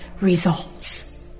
results